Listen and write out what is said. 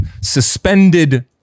suspended